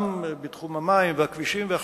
גם בתחום המים, הכבישים והחשמל,